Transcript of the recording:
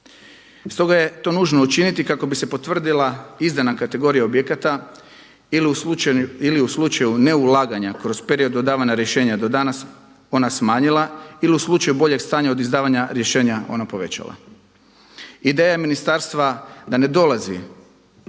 Stoga je to nužno učiniti kako bi se potvrdila izdana kategorija objekata ili u slučaju ne ulaganja kroz period dodavana rješavanja do danas ona smanjila ili u slučaju boljeg stanja od izdavanja rješenja ona povećala. Ideja ministarstva da ne dolazi